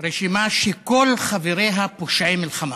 "רשימה שכל חבריה פושעי מלחמה".